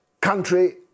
country